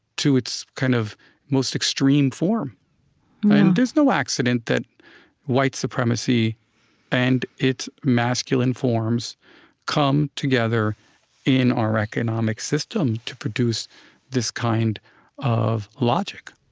to its kind of most extreme form. i mean there's no accident that white supremacy and its masculine forms come together in our economic system to produce this kind of logic